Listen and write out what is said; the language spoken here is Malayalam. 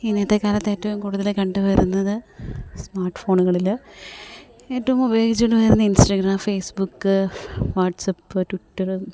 ഇന്നത്തെ കാലത്ത് ഏറ്റവും കൂടുതൽ കണ്ടു വരുന്നത് സ്മാട്ട് ഫോണുകളിൽ ഏറ്റവും ഉപയോഗിച്ചു കൊണ്ടു വരുന്നത് ഇന്സ്റ്റഗ്രാം ഫേസ്ബുക്ക് വാട്ട്സപ്പ് ടുറ്ററ്